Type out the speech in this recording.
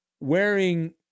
wearing